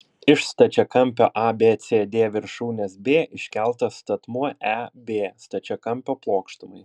iš stačiakampio abcd viršūnės b iškeltas statmuo eb stačiakampio plokštumai